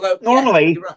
normally